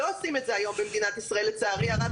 לא עושים את זה היום במדינת ישראל לצערי הרב.